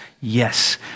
Yes